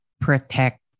protect